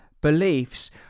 beliefs